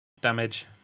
damage